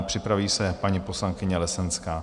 Připraví se paní poslankyně Lesenská.